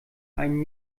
einen